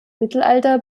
mittelalter